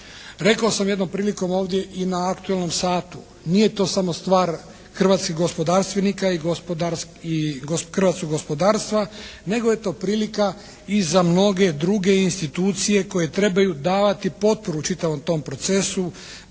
Rekao sam jednom prilikom ovdje i na aktualnom satu nije to samo stvar hrvatskih gospodarstvenika i hrvatskog gospodarstva, nego je to prilika i za mnoge druge institucije koje trebaju davati potporu čitavom tom procesu